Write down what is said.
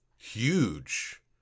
huge